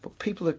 but people,